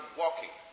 walking